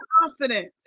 confidence